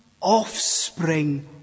offspring